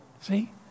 See